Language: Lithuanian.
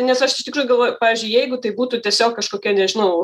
nes aš iš tikrųjų galvoju pavyzdžiui jeigu tai būtų tiesiog kažkokia nežinau